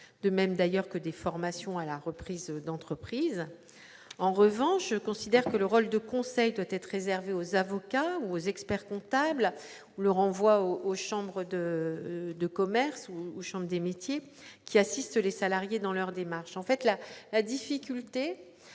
de même d'ailleurs que des formations à la reprise d'entreprise. En revanche, je considère que le rôle de conseil doit être réservé aux avocats ou aux experts-comptables, lesquels pourront renvoyer vers les chambres de commerce ou les chambres de métiers, qui assistent les salariés dans leur démarche. Les aides peuvent